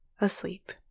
asleep